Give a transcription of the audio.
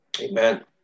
Amen